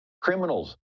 criminals